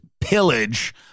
pillage